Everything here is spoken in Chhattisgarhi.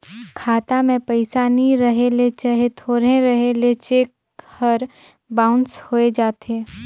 खाता में पइसा नी रहें ले चहे थोरहें रहे ले चेक हर बाउंस होए जाथे